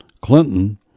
Clinton